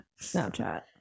Snapchat